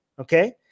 okay